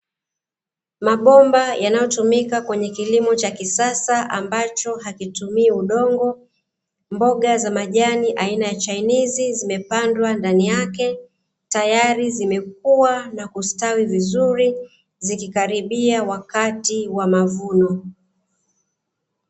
Mabomba yanayotumika kwenye kilimo cha kisasa ambacho hakitumii udongo, mboga za majani aina ya chainizi zimepandwa ndani yake tayari zimekua na kustawi vizuri zikiaribia wakati wa mavuno.